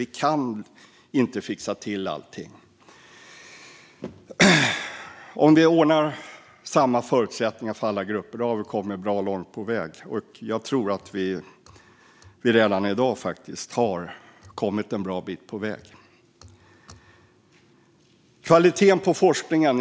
Vi kan inte fixa till allt. Om vi ordnar samma förutsättningar för alla grupper har vi kommit bra långt på väg, och jag tror att vi redan i dag har kommit en bra bit på väg. Jag går över till frågan om kvaliteten på forskningen.